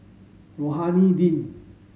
Rohani Din